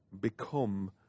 become